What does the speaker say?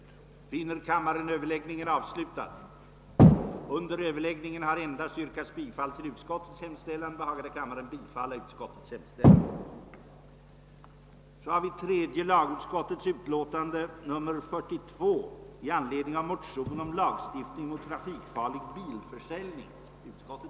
7. godkänna de förslag som lagts